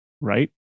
right